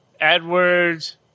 Edwards